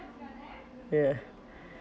ya